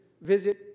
visit